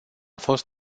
fost